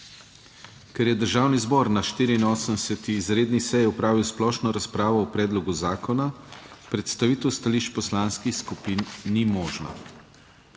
Ker je Državni zbor na 84. Izredni seji opravil splošno razpravo o predlogu zakona, predstavitev stališč poslanskih skupin ni možna.